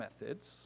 methods